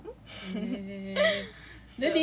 operate Zoom